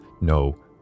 no